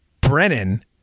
Brennan